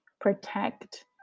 protect